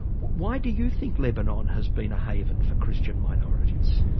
why do you think lebanon has been a haven for christian minorities?